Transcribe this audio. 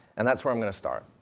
and that's where i'm going to start.